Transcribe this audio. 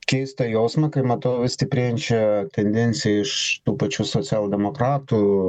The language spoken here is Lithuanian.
keistą jausmą kai matau vis stiprėjančią tendenciją iš tų pačių socialdemokratų